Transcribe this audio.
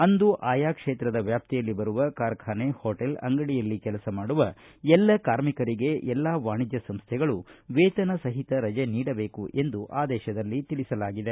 ಅಂದು ಆಯಾ ಕ್ಷೇತ್ರದ ವ್ಯಾಪ್ತಿಯಲ್ಲಿ ಬರುವ ಕಾರ್ಖಾನೆ ಹೊಟೇಲ್ ಅಂಗಡಿಯಲ್ಲಿ ಕೆಲಸ ಮಾಡುವ ಎಲ್ಲ ಕಾರ್ಮಿಕರಿಗೆ ಎಲ್ಲಾ ವಾಣಿಜ್ಯ ಸಂಸ್ಥೆಗಳು ವೇತನಸಹಿತ ರಜೆ ನೀಡಬೇಕು ಎಂದು ಆದೇಶದಲ್ಲಿ ತಿಳಿಸಲಾಗಿದೆ